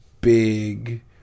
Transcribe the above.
big